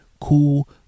cool